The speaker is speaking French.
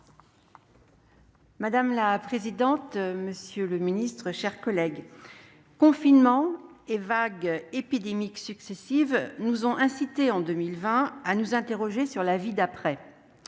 Madame la présidente, monsieur le secrétaire d'État, mes chers collègues, confinements et vagues épidémiques successives nous ont incités en 2020 à nous interroger sur la vie d'après.